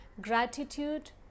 gratitude